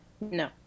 No